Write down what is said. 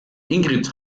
ingrid